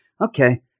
Okay